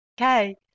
Okay